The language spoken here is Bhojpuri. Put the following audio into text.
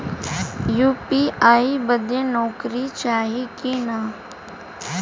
यू.पी.आई बदे नौकरी चाही की ना?